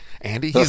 Andy